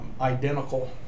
identical